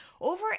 Over